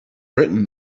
written